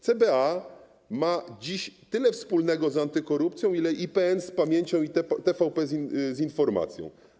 CBA ma dziś tyle wspólnego z antykorupcją, ile IPN z pamięcią i TVP z informacją.